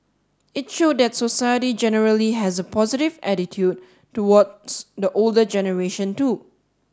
it showed that society generally has a positive attitude towards the older generation too